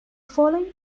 following